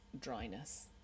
dryness